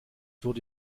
wurde